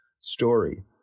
story